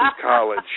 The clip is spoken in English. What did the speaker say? college